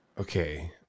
Okay